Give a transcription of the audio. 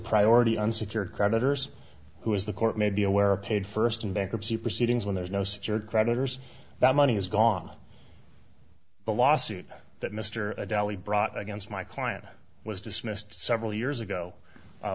priority unsecured creditors who is the court may be aware a paid first in bankruptcy proceedings when there's no secured creditors that money is gone but a lawsuit that mr adelie brought against my client was dismissed several years ago